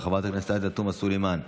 חברת הכנסת עאידה תומא סלימאן,